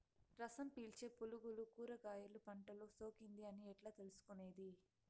రసం పీల్చే పులుగులు కూరగాయలు పంటలో సోకింది అని ఎట్లా తెలుసుకునేది?